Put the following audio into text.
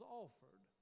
offered